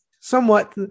somewhat